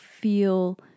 feel